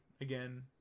again